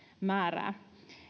määrää